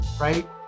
right